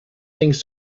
things